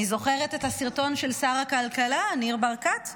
אני זוכרת את הסרטון של שר הכלכלה ניר ברקת בסופר,